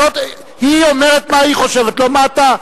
היא אומרת מה היא חושבת, לא מה אתה.